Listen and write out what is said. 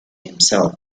himself